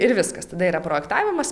ir viskas tada yra projektavimas